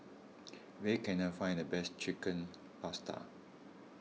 where can I find the best Chicken Pasta